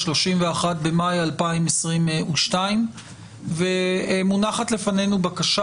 ה-31 במאי 2022. מונחת לפנינו בקשה